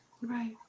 right